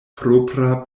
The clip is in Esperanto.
propra